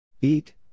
Eat